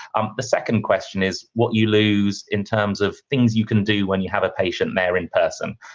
um the second question is what you lose in terms of things you can do when you have a patient there in person.